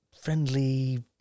friendly